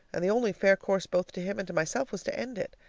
and the only fair course both to him and to myself was to end it.